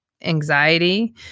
anxiety